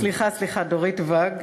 כן, כן, סליחה, סליחה, דורית ואג.